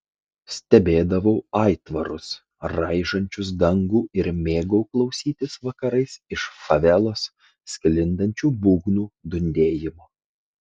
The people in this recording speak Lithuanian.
stebėdavau aitvarus raižančius dangų ir mėgau klausytis vakarais iš favelos sklindančių būgnų dundėjimo